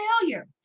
failure